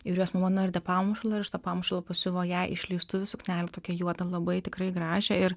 ir jos mama nuardė pamušalą ir iš to pamušalo pasiuvo jai išleistuvių suknelę tokią juodą labai tikrai gražią ir